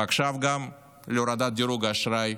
ועכשיו, גם להורדת דירוג האשראי.